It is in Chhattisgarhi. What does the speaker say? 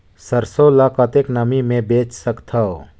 सरसो ल कतेक नमी मे बेच सकथव?